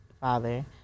father